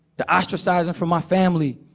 the ostracizing from my family,